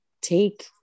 take